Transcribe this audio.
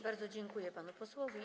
Bardzo dziękuję panu posłowi.